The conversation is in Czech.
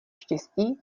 štěstí